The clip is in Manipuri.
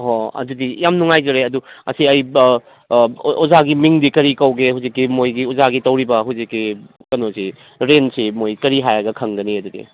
ꯑꯣ ꯑꯗꯨꯗꯤ ꯌꯥꯝ ꯅꯨꯡꯉꯥꯏꯖꯔꯦ ꯑꯗꯨ ꯑꯁꯤ ꯑꯩ ꯑꯣꯖꯥꯒꯤ ꯃꯤꯡꯗꯤ ꯀꯔꯤ ꯀꯧꯒꯦ ꯍꯨꯖꯤꯛꯀꯤ ꯃꯣꯏꯒꯤ ꯑꯣꯖꯥꯒꯤ ꯇꯧꯔꯤꯕ ꯍꯨꯖꯤꯛꯀꯤ ꯀꯩꯅꯣꯁꯤ ꯔꯦꯟꯁꯦ ꯃꯣꯏ ꯀꯔꯤ ꯍꯥꯏꯔꯒ ꯈꯪꯒꯅꯤ ꯑꯗꯨꯗꯤ